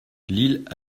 l’île